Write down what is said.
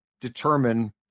determine